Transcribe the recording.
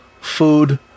food